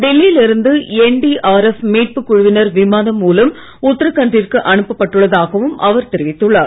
டெல்லியில் இருந்து என்டிஆர்எப் மீட்புக் குழுவினர் விமானம் மூலம் உத்தராகண்டிற்கு அனுப்பப் பட்டுள்ளதாகவும் அவர் தெரிவித்துள்ளார்